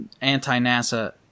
anti-nasa